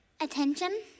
attention